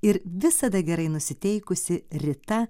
ir visada gerai nusiteikusi rita